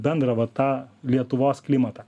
bendrą va tą lietuvos klimatą